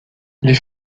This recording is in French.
les